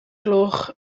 gloch